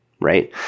right